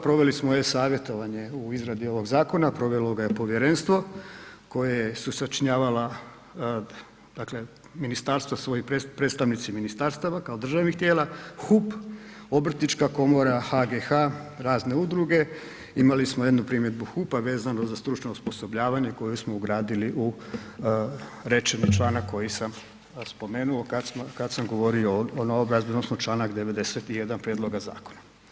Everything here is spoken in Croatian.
Proveli smo e-Savjetovanje u izradi ovog zakona, provelo ga je povjerenstvo koje su sačinjavala dakle ministarstva, predstavnici ministarstava, kao državnih tijela, HUP, Obrtnička komora, HGH, razne udruge, imali smo jednu primjedbu HUP-a vezano za stručno osposobljavanje koje smo ugradili u rečeni članak koji sam spomenuo kad sam govorio o ... čl. 91. prijedloga zakona.